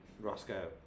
Roscoe